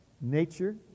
nature